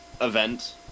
event